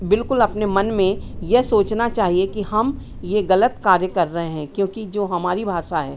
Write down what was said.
बिल्कुल अपने मन में यह सोचना चाहिए कि हम ये गलत कार्य कर रहे हैं क्योंकि जो हमारी भाषा है